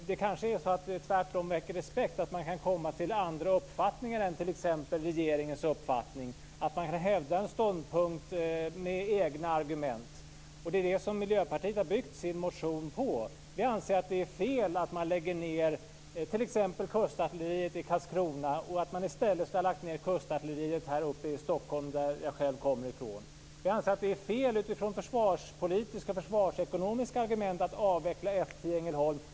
Det kanske tvärtom är så att det väcker respekt att man kan komma till andra uppfattningar än t.ex. regeringens uppfattning, att man kan hävda en ståndpunkt med egna argument. Det är det som Miljöpartiet har byggt sin motion på. Vi anser att det är fel att man lägger ned t.ex. kustartilleriet i Karlskrona och att man i stället skulle ha lagt ned kustartilleriet här i Stockholm som jag själv kommer från. Vi anser att det är fel utifrån försvarspolitiska och försvarsekonomiska argument att avveckla F 10 i Ängelholm.